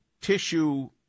tissue